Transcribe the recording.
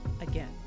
again